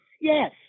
Yes